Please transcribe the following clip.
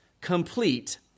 complete